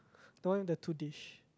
the one with the two dish